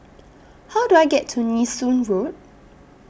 How Do I get to Nee Soon Road